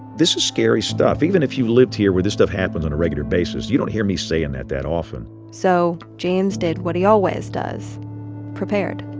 this is scary stuff. even if you've lived here, where this stuff happens on a regular basis, you don't hear me saying that that often so james did what he always does prepared.